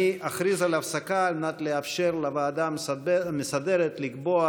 אני אכריז על הפסקה כדי לאפשר לוועדה המסדרת לקבוע